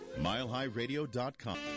milehighradio.com